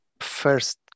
first